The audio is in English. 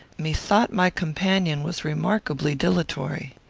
methought my companion was remarkably dilatory.